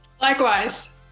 Likewise